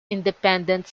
independent